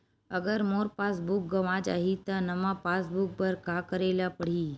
अगर मोर passbook गवां जाहि त नवा पास बुक बर का करे ल पड़हि?